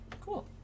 Cool